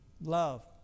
love